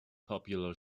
popular